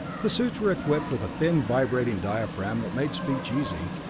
the suits were equipped with a thin vibrating diaphragm that made speech easy,